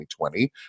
2020